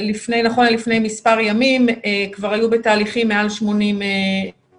לפני מספר ימים, כבר היו בתהליכים מעל 80 רופאים.